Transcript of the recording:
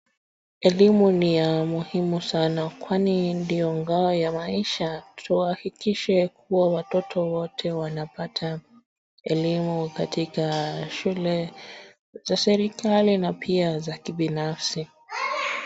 Elimu ni ya muhimu sana kwani ndio ngao ya maisha, tuhakikishe watoto wote wanapata elimu kwa shule za serikalai na pia za kibinafsi.